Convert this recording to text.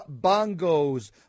bongos